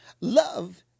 love